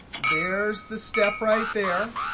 there's the step right there.